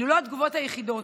אלה לא התגובות היחידות,